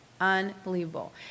unbelievable